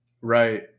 Right